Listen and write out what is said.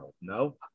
No